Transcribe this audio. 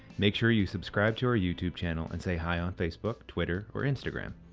make sure you subscribe to our youtube channel and say hi on facebook, twitter or instagram.